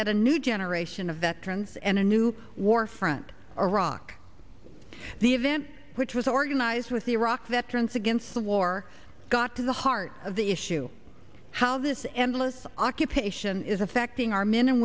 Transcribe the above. at a new generation of veterans and a new war friend or rock the event which was organized with iraq veterans against the war got to the heart of the issue how this endless occupation is affecting our men and